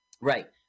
Right